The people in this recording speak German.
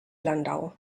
landau